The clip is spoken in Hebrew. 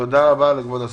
תודה רבה לכבוד השרה.